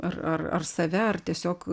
ar ar ar save ar tiesiog